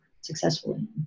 successfully